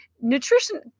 nutrition